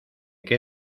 que